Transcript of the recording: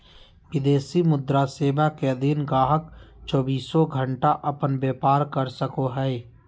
विदेशी मुद्रा सेवा के अधीन गाहक़ चौबीसों घण्टा अपन व्यापार कर सको हय